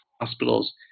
hospitals